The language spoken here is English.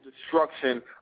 destruction